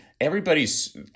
everybody's